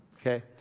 Okay